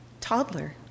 toddler